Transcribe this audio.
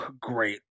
great